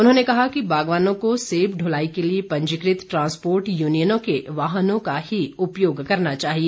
उन्होंने कहा कि बागवानों को सेब दलाई के लिए पंजीकृत ट्रांसपोर्ट यूनियनों के वाहनों का ही उपयोग करना चाहिए